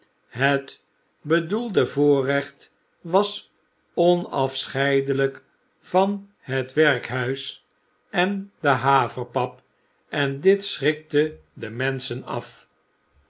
het bedoelde voorrecht was onafscheidelijk van het werkhuis en de haverpap en dit schrikte de menschen af